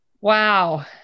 Wow